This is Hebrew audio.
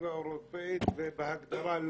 דירקטיבה אירופאית ובהגדרה לא?